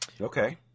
Okay